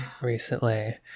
recently